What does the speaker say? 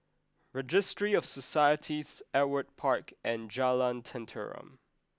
Registry of Societies Ewart Park and Jalan Tenteram